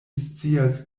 scias